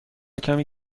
کمی